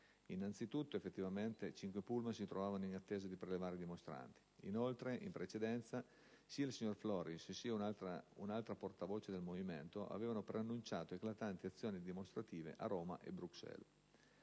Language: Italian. innanzitutto, effettivamente cinque pullman si trovavano in attesa di prelevare i dimostranti; inoltre, in precedenza, sia il signor Floris sia un'altra portavoce del Movimento avevano preannunciato eclatanti azioni dimostrative a Roma e Bruxelles.